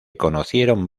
conocieron